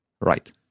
Right